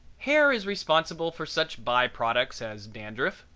hair is responsible for such byproducts as dandruff,